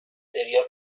تریا